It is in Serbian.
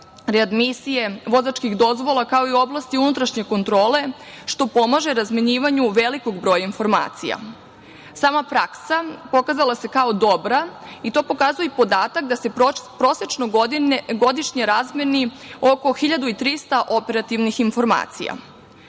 readmisije, vozačkih dozvola, kao i u oblasti unutrašnje kontrole, što pomaže razmenjivanju velikog broja informacija. Sama praksa se pokazala kao dobra i to pokazuje i podatak da se prosečno godišnje razmeni oko 1300 operativnih informacija. Sporazum